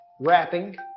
rapping